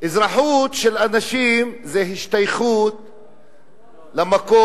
אזרחות של אנשים זה השתייכות למקום,